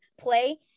play